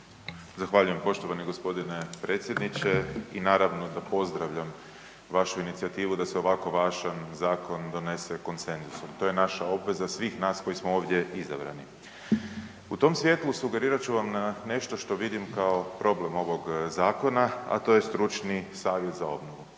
Zahvaljujem poštovani gospodine predsjedniče. I naravno da pozdravljam vašu inicijativu da se ovakvom važnom zakonu donese konsenzusom, to je naša obveza svih nas koji smo ovdje izabrani. U tom svjetlu sugerirat ću vam nešto što vidim kao problem ovog zakona, a to je stručni savjet za obnovu.